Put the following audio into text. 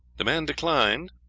the man declined.